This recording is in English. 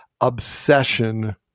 obsession